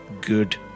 good